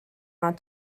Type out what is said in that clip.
not